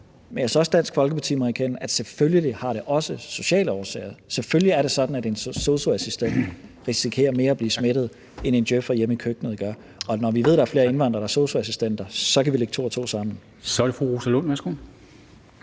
men jeg synes, at Dansk Folkeparti må erkende, at det selvfølgelig også har sociale årsager. Selvfølgelig er det sådan, at en sosu-assistent mere risikerer at blive smittet, end en djøf'er hjemme i køkkenet gør. Og når vi ved, at der er flere indvandrere, der er sosu-assistenter, kan vi lægge to og to sammen. Kl. 13:13 Formanden